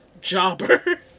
jobber